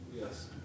Yes